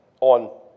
on